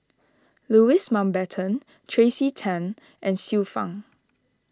Louis Mountbatten Tracey Tan and Xiu Fang